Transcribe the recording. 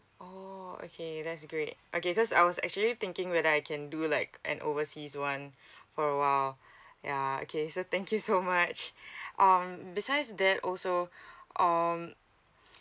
oh okay that's great okay cause I was actually thinking whether I can do like an overseas one for a while yeah okay so thank you so much um besides that also um